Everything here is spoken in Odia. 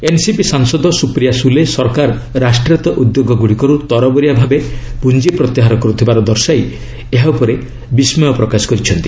ଏନ୍ସିପି ସାଂସଦ ସୁପ୍ରିୟା ସୁଲେ ସରକାର ରାଷ୍ଟ୍ରାୟତ ଉଦ୍ୟୋଗଗୁଡ଼ିକରୁ ତରବରିଆ ଭାବେ ପୁଞ୍ଜି ପ୍ରତ୍ୟାହାର କରୁଥିବାର ଦର୍ଶାଇ ଏହା ଉପରେ ବିସ୍କୟ ପ୍ରକାଶ କରିଛନ୍ତି